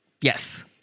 yes